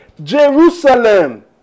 Jerusalem